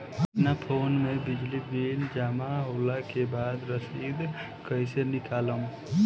अपना फोन मे बिजली बिल जमा होला के बाद रसीद कैसे निकालम?